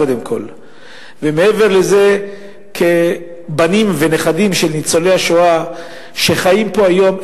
קודם כול ומעבר לזה בנים ונכדים של ניצולי השואה שחיים פה היום,